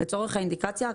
לצורך האינדיקציה,